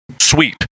Sweet